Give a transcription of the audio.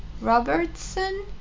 Robertson